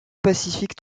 pacifique